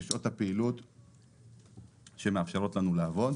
בשעות הפעילות שמאפשרות לנו לעבוד,